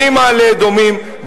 בלי מעלה-אדומים,